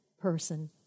person